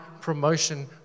promotion